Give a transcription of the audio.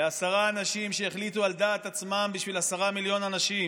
לעשרה אנשים שהחליטו על דעת עצמם בשביל עשרה מיליון אנשים,